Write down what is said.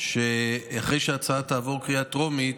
שאחרי שההצעה תעבור בקריאה טרומית,